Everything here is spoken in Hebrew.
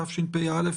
התשפ"א-2021.